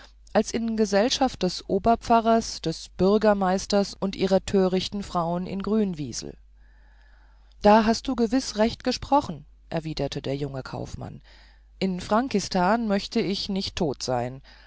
als in gesellschaft des oberpfarrers des bürgermeisters und ihrer törichten frauen in grünwiesel da hast du gewiß recht gesprochen erwiderte der junge kaufmann in frankistan möchte ich nicht tot sein